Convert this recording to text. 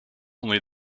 only